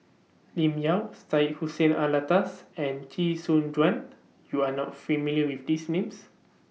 Lim Yau Syed Hussein Alatas and Chee Soon Juan YOU Are not familiar with These Names